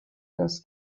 das